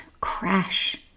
crash